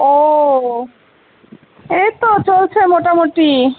ও এই তো চলছে মোটামুটি